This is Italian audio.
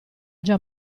già